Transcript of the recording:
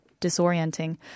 disorienting